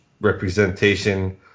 representation